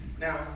now